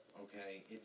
okay